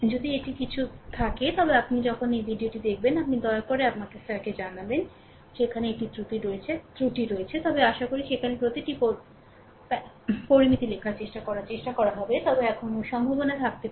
যদি এটি কিছু থাকে তবে আপনি যখন এই ভিডিওটি দেখবেন আপনি দয়া করে আমাকে স্যারকে জানান সেখানে একটি ত্রুটি রয়েছে তবে আশা করি সেখানে প্রতিটি পরামিতি লেখার চেষ্টা করার চেষ্টা করা হবে তবে এখনও সম্ভাবনা থাকতে পারে